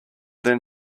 then